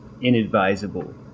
inadvisable